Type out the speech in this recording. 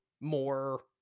more